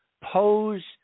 pose